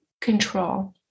control